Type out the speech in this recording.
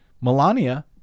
Melania